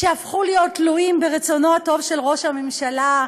שהפכו להיות תלויים ברצונו הטוב של ראש הממשלה,